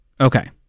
Okay